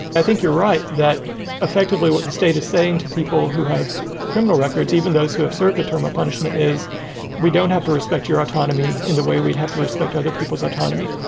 i think you're right that effectively what the state is saying to people who have criminal records, even those who have served a term a punishment is we don't have to respect your autonomy in the way we'd have to respect other people's autonomy.